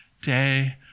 day